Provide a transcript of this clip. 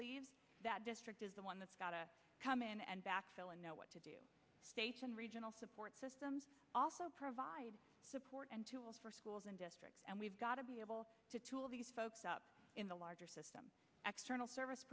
that district is the one that's got to come in and backfill and know what to do station regional support systems also provide support and tools for schools and districts and we've got to be able to tool these folks up in the larger system external service